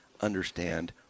understand